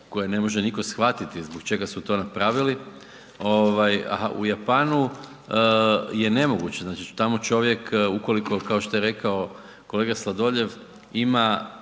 koje ne može nitko shvatiti zbog čega su to napravili, a u Japanu je nemoguće, znači tamo čovjek, ukoliko, kao što je rekao kolega Sladoljev ima